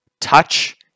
touch